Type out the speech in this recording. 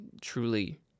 truly